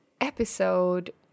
episode